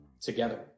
together